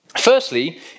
Firstly